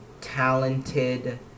talented